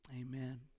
amen